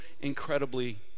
incredibly